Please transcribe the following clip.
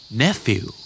nephew